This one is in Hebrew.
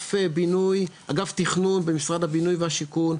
אגף תכנון במשרד הבינוי והשיכון,